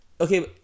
okay